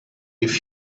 with